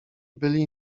byli